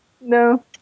No